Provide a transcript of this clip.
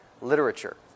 literature